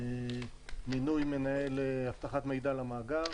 מינוי מנהל אבטחת מידע למאגר,